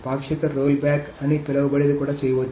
పాక్షిక roll back అని పిలవబడేది కూడా చేయవచ్చు